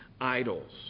idols